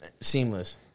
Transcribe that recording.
Seamless